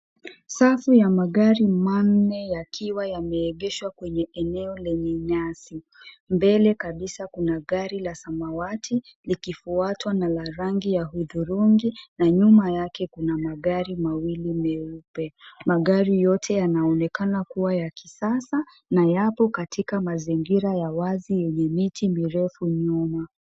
Safu ya magari manne yakiwa yameegeshwa kwenye eneo lenye nyasi ,mbele kabisa kuna gari la samawati ,likifuatwa na la rangi ya hudhurungi na nyuma yake kuna magari mawili meupe. Magari yote yanaonekana kuwa ya kisasa ya yapo katika mazingira ya wazi yenye miti mirefu nyuma.